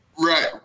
Right